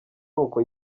n’uko